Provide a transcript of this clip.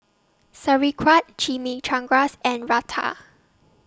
Sauerkraut Chimichangas and Raita